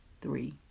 three